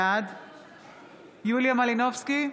בעד יוליה מלינובסקי,